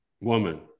woman